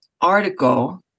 article